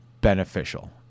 beneficial